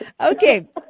Okay